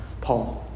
Paul